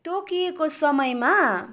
तोकिएको समयमा